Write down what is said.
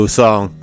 song